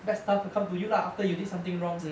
bad stuff to come to you lah after you did something wrong